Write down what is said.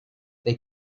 they